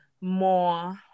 more